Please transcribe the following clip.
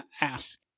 ask